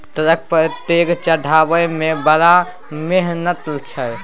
truck पर ढेंग चढ़ेबामे बड़ मिहनत छै